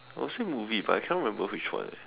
I would say movie but I can't remember which one eh